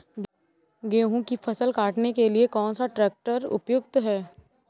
गेहूँ की फसल काटने के लिए कौन सा ट्रैक्टर उपयुक्त है?